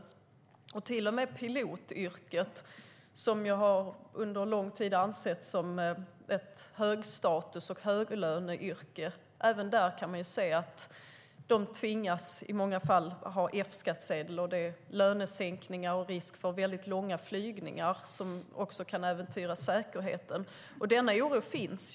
Till och med när det gäller pilotyrket, som under lång tid har ansetts som ett högstatus och höglöneyrke, ser vi att de i många fall tvingas ha F-skattsedel. Det förekommer lönesänkningar och risk för väldigt långa flygningar, vilket kan äventyra säkerheten. Den oron finns.